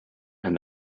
and